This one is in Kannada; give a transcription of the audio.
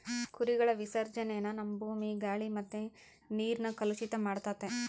ಕುರಿಗಳ ವಿಸರ್ಜನೇನ ನಮ್ಮ ಭೂಮಿ, ಗಾಳಿ ಮತ್ತೆ ನೀರ್ನ ಕಲುಷಿತ ಮಾಡ್ತತೆ